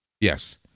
Yes